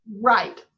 Right